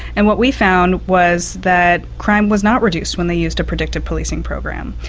and what we found was that crime was not reduced when they used a predictive policing program.